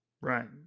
Right